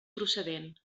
procedent